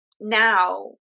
now